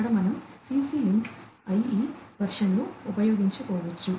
ఇక్కడ మనం CC link IE వెర్షన్ను ఉపయోగించుకోవచ్చు